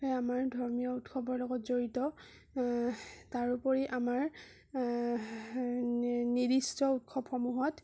আমাৰ ধৰ্মীয় উৎসৱৰ লগত জড়িত তাৰোপৰি আমাৰ নিৰ্দিষ্ট উৎসৱসমূহত